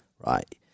Right